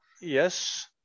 Yes